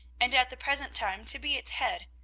and at the present time to be its head,